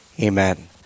Amen